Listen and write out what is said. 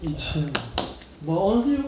一千五 but honestly